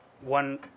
one